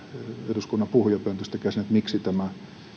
eduskunnan puhujapöntöstä käsin tälle asialle miksi tämä